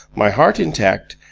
my heart intact,